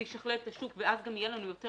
זה ישכלל את השוק ואז גם יהיה לנו קל יותר